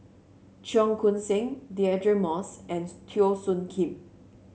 Cheong Koon Seng Deirdre Moss and Teo Soon Kim